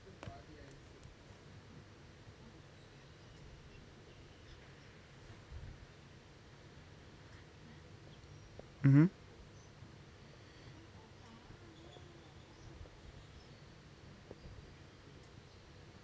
mmhmm